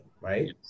right